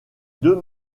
deux